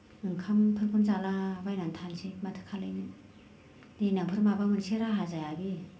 ओंखामफोरखौनो जाला बायनानै थानोसै माथो खालायनो देनांफोर माबा मोनसे राहा जाया बि